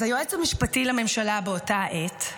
אז היועץ המשפטי לממשלה באותה עת,